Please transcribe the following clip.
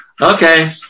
okay